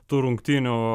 tų rungtynių